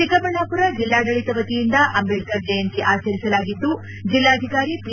ಚಿಕ್ಕಬಳ್ಳಾಪುರ ಜಿಲ್ಲಾಡಳಿತ ವತಿಯಿಂದ ಅಂಬೇಡ್ಕರ್ ಜಯಂತಿ ಆಚರಿಸಲಾಗಿದ್ದು ಜಿಲ್ಲಾಧಿಕಾರಿ ಪಿ